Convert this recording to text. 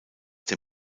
der